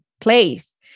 place